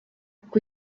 kuko